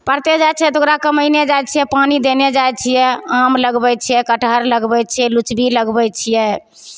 पड़ते जाइत छै ओकरा कमैने जाइत छियै पानि देने जाइत छियै आम लगबैत छियै कटहर लगबैत छियै लुचबी लगबैत छियै